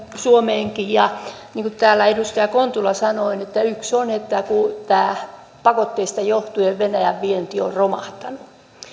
suomeenkin ja niin kuin täällä edustaja kontula sanoi yksi syy on kun pakotteista johtuen venäjän vienti on romahtanut